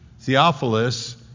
Theophilus